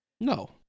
No